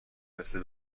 مثه